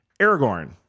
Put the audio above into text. Aragorn